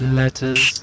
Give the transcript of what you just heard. letters